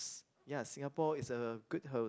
ya Singapore is a good host